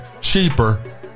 cheaper